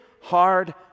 hard